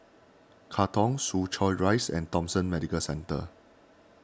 Katong Soo Chow Rise and Thomson Medical Centre